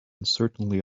uncertainly